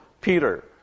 Peter